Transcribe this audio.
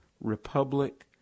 republic